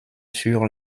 sur